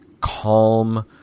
calm